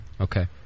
Okay